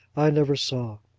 i never saw.